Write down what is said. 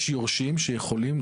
יש יורשים שיכולים,